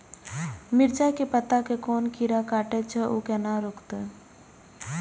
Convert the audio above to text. मिरचाय के पत्ता के कोन कीरा कटे छे ऊ केना रुकते?